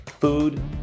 food